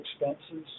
expenses